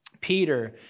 Peter